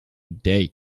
date